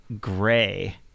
gray